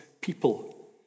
people